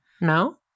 No